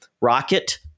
rocket